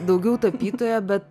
daugiau tapytoja bet